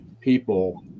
people